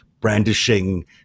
brandishing